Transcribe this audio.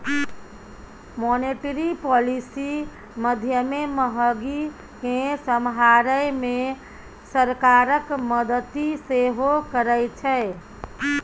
monetary policy माध्यमे महगी केँ समहारै मे सरकारक मदति सेहो करै छै